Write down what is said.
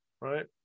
right